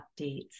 updates